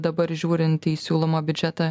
dabar žiūrint į siūlomą biudžetą